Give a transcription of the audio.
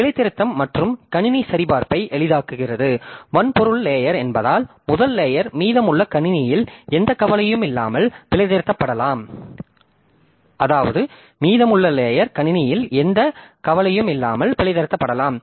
பிழைத்திருத்தம் மற்றும் கணினி சரிபார்ப்பை எளிதாக்குகிறது வன்பொருள் லேயர் என்பதால் முதல் லேயர் மீதமுள்ள கணினியில் எந்த கவலையும் இல்லாமல் பிழைத்திருத்தப்படலாம்